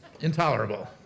intolerable